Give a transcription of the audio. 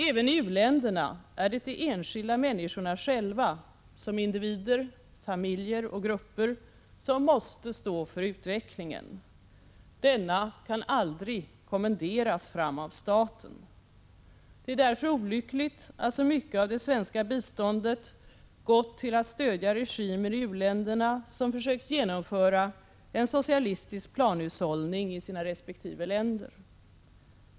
Även i u-länderna är det de enskilda människorna själva, som individer, familjer och grupper, som måste stå för utvecklingen. Denna kan aldrig kommenderas fram av staten. Det är därför olyckligt att så mycket av det svenska biståndet gått till att stödja regimer i u-länderna som försökt genomföra en socialistisk planhushållning i sina resp. länder.